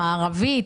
מערבית,